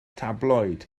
tabloid